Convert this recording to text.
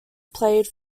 played